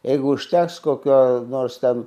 jeigu užteks kokio nors ten